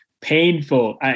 Painful